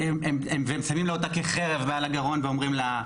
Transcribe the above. והם שמים לה אותם כחרב על הגרון ואומרים לה,